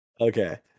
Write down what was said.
Okay